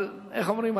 אבל איך אומרים?